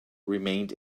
remained